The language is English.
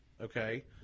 Okay